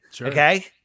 Okay